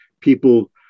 people